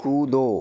कूदो